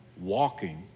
walking